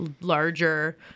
larger